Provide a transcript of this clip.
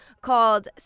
called